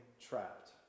trapped